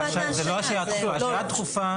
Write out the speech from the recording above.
זו לא השעיה דחופה.